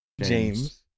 James